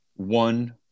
one